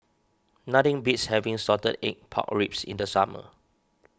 nothing beats having Salted Egg Pork Ribs in the summer